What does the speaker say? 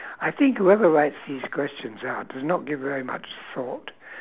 I think whoever writes these questions out does not give very much thought